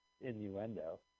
innuendo